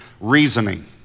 reasoning